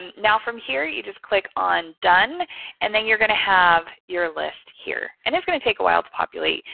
and now from here, you just click on done and then you're going to have your list here and it's going to take a while to populate.